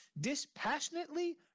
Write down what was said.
dispassionately